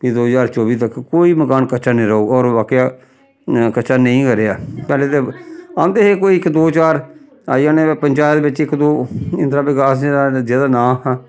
कि दो ज्हार चौबी तक कोई मकान कच्चा नेईं रौह्ग होर बाक्या कच्चा नेईं गै रेहा पैह्लें ते औंदे हे कोई इक दो चार आई जाने पंचायत बिच्च इक दो इंदिरा विकास दे तैह्त जेह्दा नांऽ हा